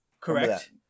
Correct